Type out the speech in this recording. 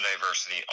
diversity